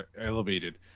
elevated